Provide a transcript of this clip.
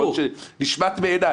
יכול להיות שנשמט מעיניי.